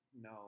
no